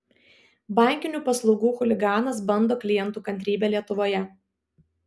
bankinių paslaugų chuliganas bando klientų kantrybę lietuvoje